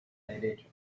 derecho